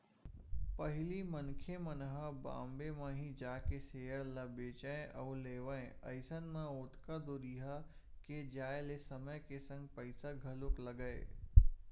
पहिली मनखे मन ह बॉम्बे म ही जाके सेयर ल बेंचय अउ लेवय अइसन म ओतका दूरिहा के जाय ले समय के संग पइसा घलोक लगय